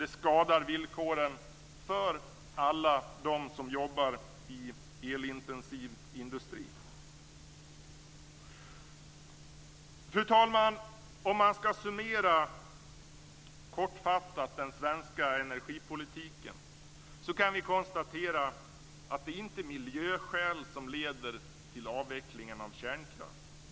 Det skadar villkoren för alla dem som jobbar i elintensiv industri. Fru talman!